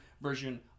version